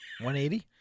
180